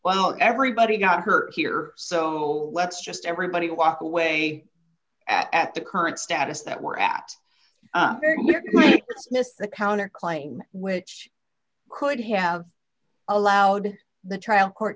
well everybody got her here so let's just everybody walk away at the current status that we're at the counter claim which could have allowed the trial court